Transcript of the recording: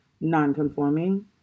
non-conforming